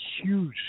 huge